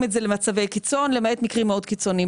את זה למצבי קיצון למעט מקרים מאוד קיצוניים,